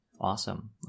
Awesome